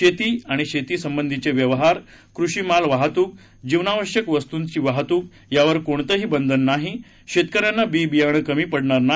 शेती आणि शेतीसंबंधीचे व्यवहार कृषी माल वाहतूक जीवनावश्यक वस्तूंची वाहतूक यावर कोणतंही बंधन नाही शेतकऱ्यांना बी बियाणं कमी पडणार नाही